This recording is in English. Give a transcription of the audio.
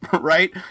right